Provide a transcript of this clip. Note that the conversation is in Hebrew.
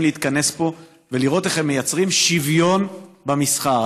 להתכנס פה ולראות איך הם מייצרים שוויון במסחר.